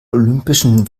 olympischen